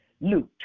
Luke